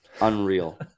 unreal